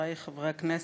חברי חברי הכנסת,